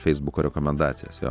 feisbuko rekomendacijas jo